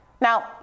Now